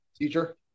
teacher